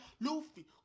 Luffy